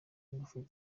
ingufu